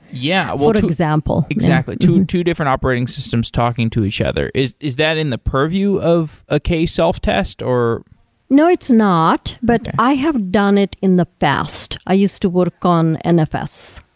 yeah example exactly, two and two different operating systems talking to each other. is is that in the purview of a k self-test or no, it's not, but i have done it in the past. i used to work on nfs,